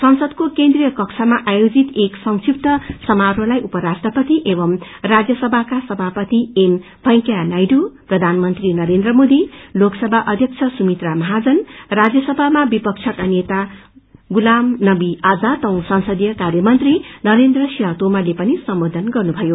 संसदको केन्द्रिय कक्षमा आयोजित एक संबिप्त समारोहलाई उपराष्ट्रपति एवं राज्यसभाका समापति एम वेकैयानाायडू प्रधानमंत्री नरेन्द्र मोदी लोकसंया अध्यक्ष सुमित्रा महाजन राजयसभामा विपक्षका नेता गुलाम नवी आजाद औ संसदीय कार्य मंत्री नरेन्द्र सिंह तोमरले पनि सम्बोधन गर्नुभयो